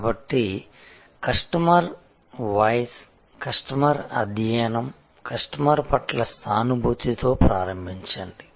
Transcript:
కాబట్టి customer customer voice customer అధ్యయనం customer పట్ల సానుభూతితో ప్రారంభించండి